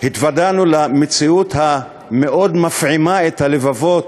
התוודענו למציאות המאוד-מפעימה את הלבבות,